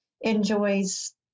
enjoys